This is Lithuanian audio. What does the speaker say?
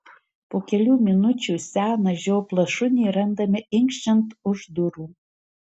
po kelių minučių seną žioplą šunį randame inkščiant už durų